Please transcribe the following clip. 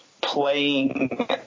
playing